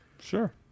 Sure